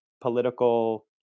political